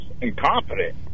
incompetent